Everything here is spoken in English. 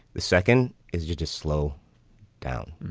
the second is you just slow down,